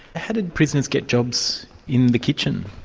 how did prisoners get jobs in the kitchen?